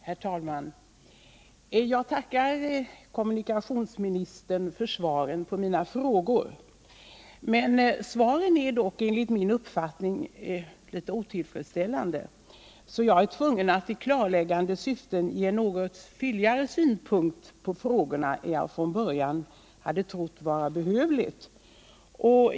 Herr talman! Jag tackar kommunikationsministern för svaren på mina frågor. Svaren är dock enligt min uppfattning litet otillfredsställande, och jag är därför tvungen att'i klarläggande syfte ge något fylligare synpunkter på frågorna än vad jag från början hade trott vara behövligt.